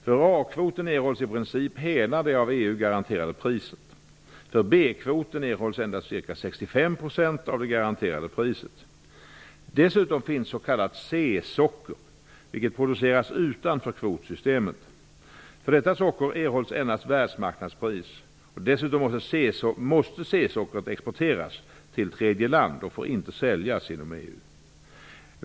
För A-kvoten erhålls i princip hela det av EU garanterade priset. För B kvoten erhålls endast ca 65 % av det garanterade priset. Dessutom finns s.k. C-socker, vilket produceras utanför kvotsystemet. För detta socker erhålls endast världsmarknadspris. Dessutom måste C-sockret exporteras till tredje land och får inte säljas inom EU.